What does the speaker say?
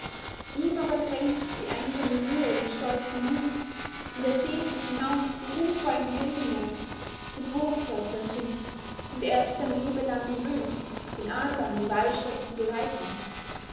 ihm aber kränkt die einsame ruhe den stolzen mut und er sehnt sich hinaus zu ruhmvollem heldenwerk denn hoch fährt sein sinn und er ist sein lebelang gewöhnt den adlern die walstatt